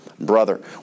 brother